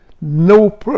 no